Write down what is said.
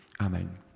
Amen